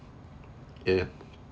ya